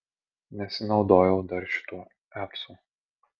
nesinaudojau dar šituo apsu